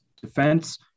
defense